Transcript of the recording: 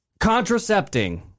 contracepting